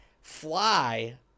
fly